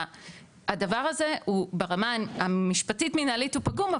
הדבר הזה הוא ברמה המשפטית-מנהלית הוא פגום,